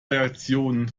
reaktionen